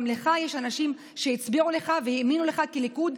גם לך יש אנשים שהצביעו לך והאמינו לך כליכוד,